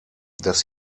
dass